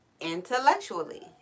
intellectually